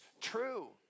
true